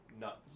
nuts